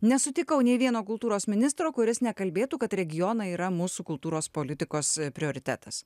nesutikau nė vieno kultūros ministro kuris nekalbėtų kad regionai yra mūsų kultūros politikos prioritetas